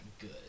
good